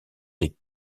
des